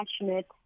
passionate